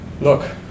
look